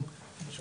חשוב